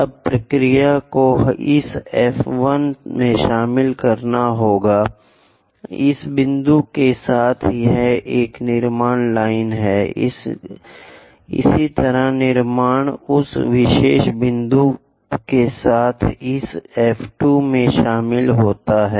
अब प्रक्रिया को इस एफ 1 में शामिल होना है इस बिंदु के साथ यह एक निर्माण लाइन है इसी तरह निर्माण उस विशेष बिंदु के साथ इस F 2 में शामिल होता है